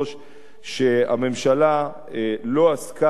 שהממשלה לא עסקה,